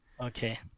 okay